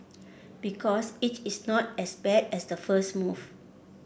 because it is not as bad as the first move